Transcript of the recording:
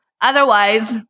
Otherwise